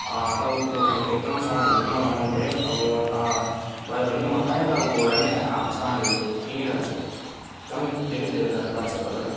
तपाईँको दोकानको एकदम सामानहरू पनि मलाई मन पऱ्यो अब भयो भने म प्रायः तपाईँकोबाट नै सामानहरू किनिरहन्छु एकदमै धेरै धेरै धन्यवाद छ तपाईँलाई